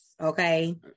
Okay